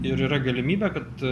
ir yra galimybė kad